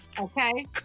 Okay